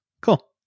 Cool